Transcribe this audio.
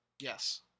Yes